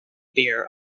beer